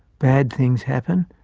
bad things happen,